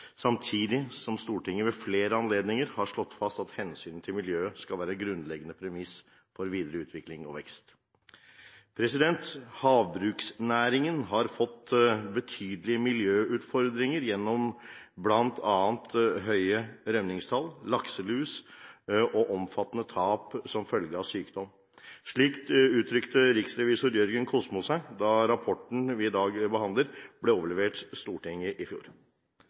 samtidig som Stortinget ved flere anledninger har slått fast at hensynet til miljøet skal være en grunnleggende premiss for videre utvikling og vekst. «Havbruksnæringen har fått betydelige miljøutfordringer gjennom blant annet høye rømmingstall, lakselus og omfattende tap som følge av sykdom.» Slik uttrykte riksrevisor Jørgen Kosmo seg da rapporten vi i dag behandler, ble overlevert Stortinget i fjor.